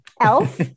Elf